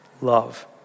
love